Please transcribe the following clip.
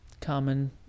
Common